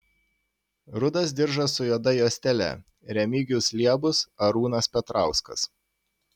rudas diržas su juoda juostele remigijus liebus arūnas petrauskas